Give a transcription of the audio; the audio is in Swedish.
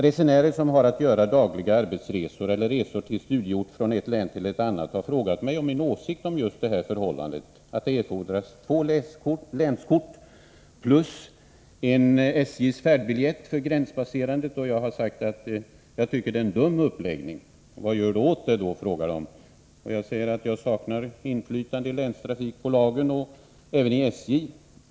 Resenärer, som har att göra dagliga arbetsresor eller resor till studieort från ett län till ett annat, har frågat om min åsikt om just det förhållandet att det erfordras två länskort plus en SJ:s färdbiljett för länsgränspasserandet. Jag har sagt att jag tycker att det är en dum uppläggning. Vad gör du åt det då, frågar de. Jag säger att jag saknar inflytande i länstrafikbolaget och även i SJ.